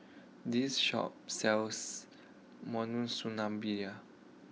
this Shop sells